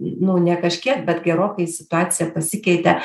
nu ne kažkiek bet gerokai situacija pasikeitė